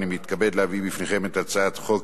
אני מתכבד להביא בפניכם את הצעת חוק